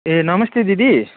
ए नमस्ते दिदी